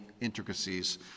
intricacies